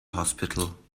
hospital